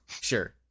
sure